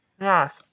Yes